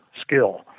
skill